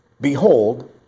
Behold